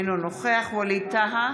אינו נוכח ווליד טאהא,